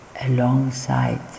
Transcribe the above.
alongside